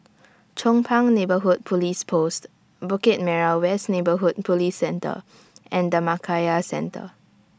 Chong Pang Neighbourhood Police Post Bukit Merah West Neighbourhood Police Centre and Dhammakaya Centre